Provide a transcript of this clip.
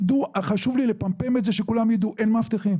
חשוב לי לפמפם את זה, שכולם ידעו: אין מאבטחים.